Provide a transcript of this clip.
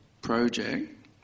project